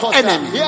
enemy